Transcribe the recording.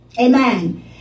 Amen